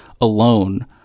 alone